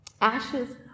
ashes